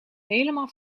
helemaal